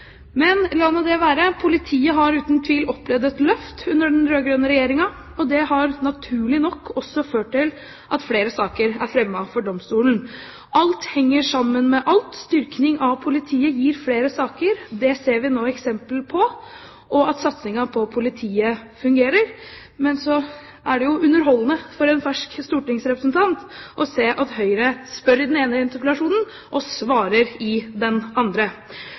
Men la nå det være. Politiet har uten tvil opplevd et løft under den rød-grønne regjeringen, og det har naturlig nok også ført til at flere saker er fremmet for domstolen. Alt henger sammen med alt. Styrking av politiet gir flere saker, det ser vi nå eksempel på, og satsingen på politiet fungerer. Men så er det jo underholdende for en fersk stortingsrepresentant å se at Høyre spør i den ene interpellasjonen og svarer i den andre.